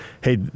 hey